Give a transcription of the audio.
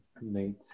mate